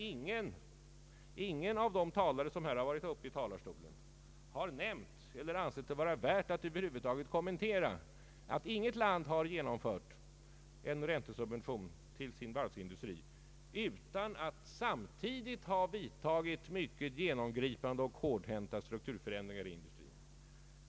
Ingen av de talare som varit uppe i talarstolen har nämnt eller ansett det vara värt att över huvud taget kommentera att inget land har genomfört en räntesubvention till sin varvsindustri utan att samtidigt ha vidtagit mycket genomgripande och hårdhänta strukturförändringar inom den industrin.